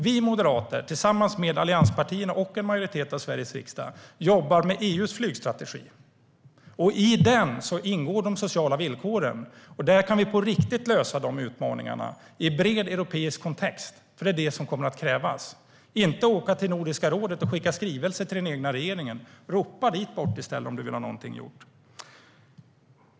Vi moderater tillsammans med allianspartierna och en majoritet av Sveriges riksdag jobbar med EU:s flygstrategi. I den ingår de sociala villkoren. Där kan vi på riktigt lösa utmaningarna i bred europeisk kontext. Det är vad som kommer att krävas, inte att åka till Nordiska rådet och skicka skrivelser till den egna regeringen. Ropa dit bort i stället om du vill ha någonting gjort!